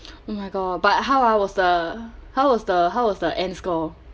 oh my god but how ah was the how was the how was the end score